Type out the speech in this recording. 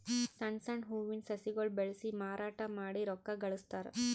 ಸಣ್ಣ್ ಸಣ್ಣ್ ಹೂವಿನ ಸಸಿಗೊಳ್ ಬೆಳಸಿ ಮಾರಾಟ್ ಮಾಡಿ ರೊಕ್ಕಾ ಗಳಸ್ತಾರ್